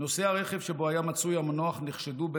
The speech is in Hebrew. נוסעי הרכב שבו היה מצוי המנוח נחשדו,